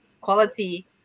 quality